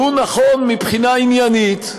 שהוא נכון מבחינה עניינית,